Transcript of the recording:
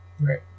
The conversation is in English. Right